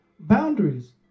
Boundaries